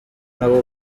nabo